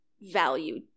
value